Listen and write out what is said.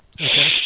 Okay